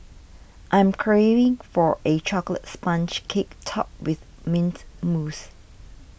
I am craving for a Chocolate Sponge Cake Topped with Mint Mousse